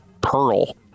pearl